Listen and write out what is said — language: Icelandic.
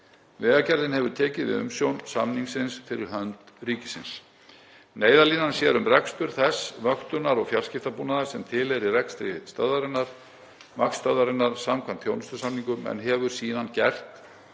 Vegagerðin hefur tekið við umsjón samningsins fyrir hönd ríkisins. Neyðarlínan sér um rekstur þess vöktunar- og fjarskiptabúnaðar sem tilheyrir rekstri vaktstöðvarinnar samkvæmt þjónustusamningum en hefur síðan gert